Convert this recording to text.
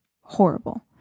horrible